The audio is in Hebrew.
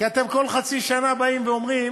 כי כל חצי שנה אתם באים ואומרים,